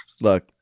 Look